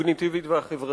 הקוגניטיבית והחברתית.